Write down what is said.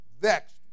vexed